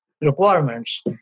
requirements